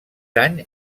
any